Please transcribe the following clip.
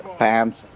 pants